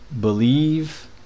believe